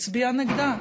הצביעה נגדה,